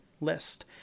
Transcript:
list